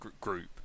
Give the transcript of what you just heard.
group